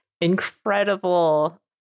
Incredible